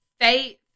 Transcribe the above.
Faith